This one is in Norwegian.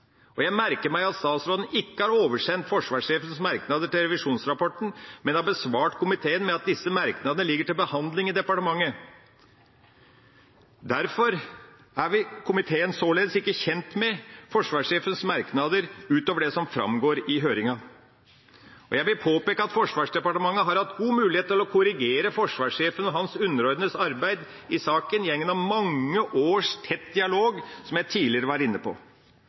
og jeg merker meg at statsråden ikke har oversendt forsvarssjefens merknader til revisjonsrapporten, men har besvart komiteen med at disse merknader ligger til behandling i departementet. Derfor er komiteen således ikke kjent med forsvarssjefens merknader utover det som framgår i høringen. Jeg vil påpeke at Forsvarsdepartementet har hatt god mulighet til å korrigere forsvarssjefen og hans underordnedes arbeid i saken gjennom mange års tett dialog, som jeg tidligere var inne på.